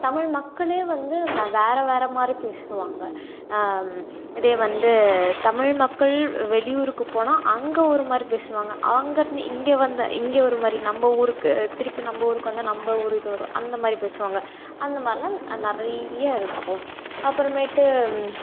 தமிழ் மக்களே வந்து ந வேறே வேறே மாதிரி பேசுவாங்க இதே வந்து தமிழ் மக்கள் வெளியூருக்குப் போனால் அங்கே ஒரு மாதிரி பேசுவாங்க அங்கேருந்து இங்கே வந்த இங்கே ஒரு மாதிரி நம்ம ஊருக்குத் திருப்பி நம்ம ஊருக்கு வந்தால் நம்ம ஊர் இது வரும் அந்த மாதிரி பேசுவாங்க அந்த மாதிரிலாம் நிறையா இருக்கும் அப்புறமேட்டு